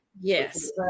yes